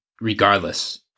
regardless